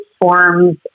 forms